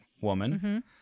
woman